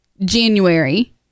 January